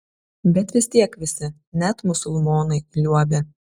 bet vis tiek visi net musulmonai liuobė